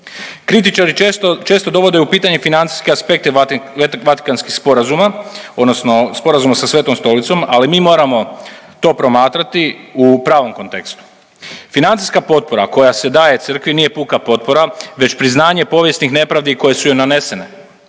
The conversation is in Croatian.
Kritičari često, često dovode u pitanje financijske aspekte Vatikanskih sporazuma, odnosno sporazuma sa Svetom Stolicom, ali mi moramo to promatrati u pravom kontekstu. Financijska potpora koja se daje Crkvi nije puka potpora već priznanje povijesnih nepravdi koje su joj nanesene.